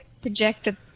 projected